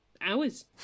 hours